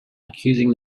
accusing